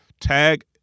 Tag